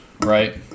right